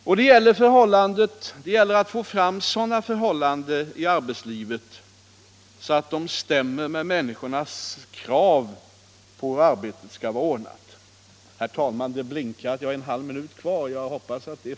Och det gäller att skapa sådana förhållanden i arbetslivet btt de stämmer med människornas krav på hur arbetet skall vara ordnat.